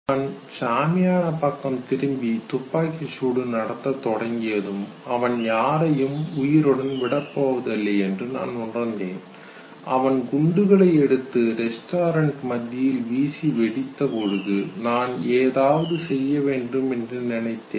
அவன் சாமியான பக்கம் திரும்பி துப்பாக்கிச்சூடு நடத்த தொடங்கியதும் அவன் யாரையும் உயிருடன் விடப்போவதில்லை என்று நான் உணர்ந்தேன் அவன் குண்டுகளை எடுத்து ரெஸ்டாரண்ட் மத்தியில் வீசி வெடித்தபோது நான் ஏதாவது செய்ய வேண்டும் என்று நினைத்தேன்